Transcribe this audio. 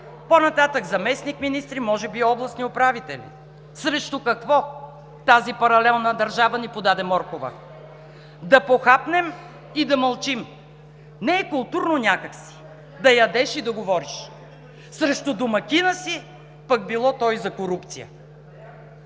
По-нататък заместник-министри, може би и областни управители?! Срещу какво тази паралелна държава ни подаде моркова? Да похапнем и да мълчим. Не е културно някак си да ядеш и да говориш срещу домакина си, пък било то и за корупция.